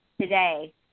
today